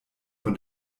von